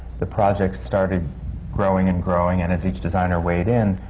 the project started growing and growing. and as each designer weighed in,